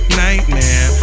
nightmare